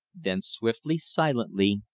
then swiftly, silently,